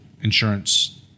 Insurance